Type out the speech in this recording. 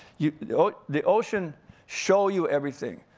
you know the ocean show you everything,